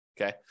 Okay